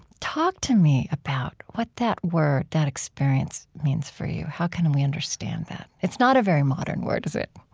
talk to me about what that word, that experience, means for you. how can we understand that? it's not a very modern word, is it?